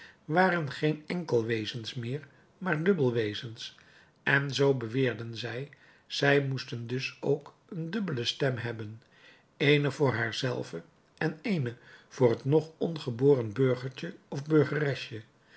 waren geen enkelwezens meer maar dubbelwezens en zoo beweerden zij zij moesten dus ook eene dubbele stem hebben eene voor haar zelve en eene voor het nog ongeboren burgertje of